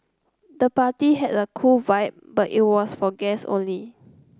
the party had a cool vibe but it was for guests only